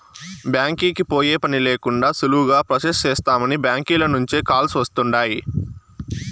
బ్యాంకీకి పోయే పనే లేకండా సులువుగా ప్రొసెస్ చేస్తామని బ్యాంకీల నుంచే కాల్స్ వస్తుండాయ్